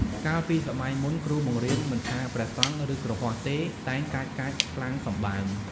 កាលពីសម័យមុន គ្រូបង្រៀនមិនថា ព្រះសង្ឃ ឬគ្រហស្ថទេ តែងកាចៗខ្លាំងសម្បើម ។